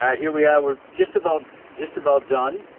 here we are. we're just about just about done.